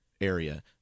area